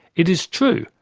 it is true,